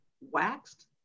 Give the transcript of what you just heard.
waxed